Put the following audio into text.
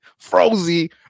Frozy